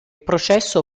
processo